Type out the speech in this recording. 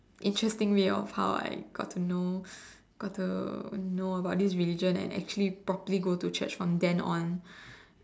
interesting way of how I got to know got to know about this religion and actually properly go to Church from then on